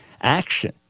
action